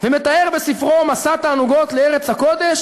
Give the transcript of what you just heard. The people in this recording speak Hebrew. ומתאר בספרו "מסע תענוגות לארץ הקודש"